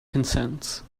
consents